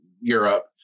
Europe